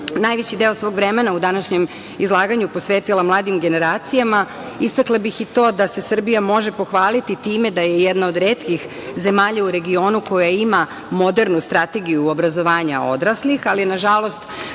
najveći deo svog vremena u današnjem izlaganju posvetila mladim generacija, istakla bih i to da se Srbija može pohvaliti time da je jedna od retkih zemalja u regionu koja ima modernu strategiju obrazovanja odraslih, ali nažalost